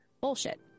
bullshit